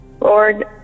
Lord